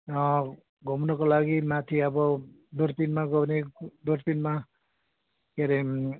घुम्नको लागि माथि अब दुर्पिनमा गयो भने दुर्पिनमा के अरे